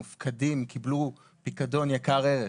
מופקדים, קיבלו פיקדון יקר ערך.